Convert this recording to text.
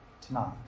tonight